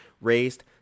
raised